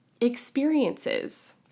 experiences